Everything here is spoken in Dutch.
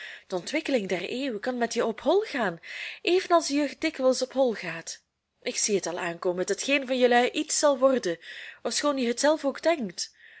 de ontwikkeling der eeuw kan met je op hol gaan evenals de jeugd dikwijls op hol gaat ik zie het al aankomen dat geen van jelui iets zal worden ofschoon je hetzelf ook denkt